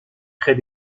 très